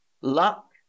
luck